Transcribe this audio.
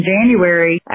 January